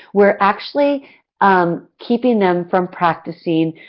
we're actually um keeping them from practicing